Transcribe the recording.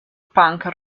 punk